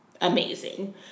amazing